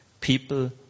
people